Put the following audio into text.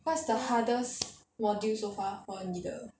what's the hardest module so far for 你的